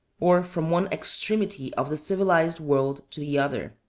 or from one extremity of the civilized world to the other.